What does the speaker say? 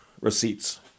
Receipts